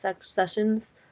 sessions